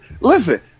Listen